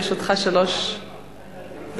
לרשותך שלוש דקות.